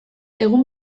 egun